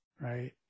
right